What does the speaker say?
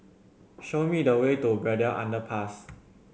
show me the way to Braddell Underpass